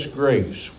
grace